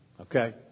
Okay